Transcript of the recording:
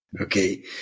Okay